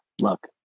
look